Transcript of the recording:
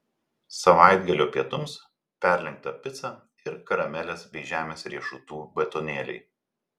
savaitgalio pietums perlenkta pica ir karamelės bei žemės riešutų batonėliai